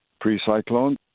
pre-cyclone